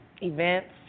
events